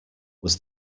was